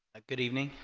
ah good evening